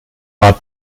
war